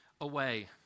away